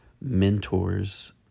mentors